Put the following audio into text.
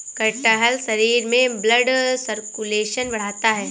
कटहल शरीर में ब्लड सर्कुलेशन बढ़ाता है